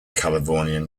california